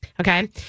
Okay